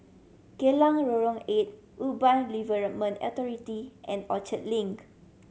Geylang Lorong Eight Urban Redevelopment Authority and Orchard Link